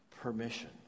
permission